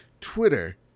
Twitter